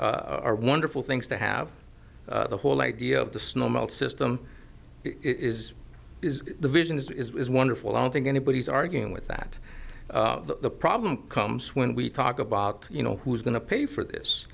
lane are wonderful things to have the whole idea of the snow melt system is the vision is wonderful i don't think anybody's arguing with that the problem comes when we talk about you know who's going to pay for this